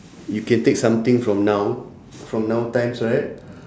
you can take something from now from now times right